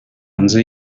nzu